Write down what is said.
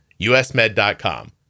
usmed.com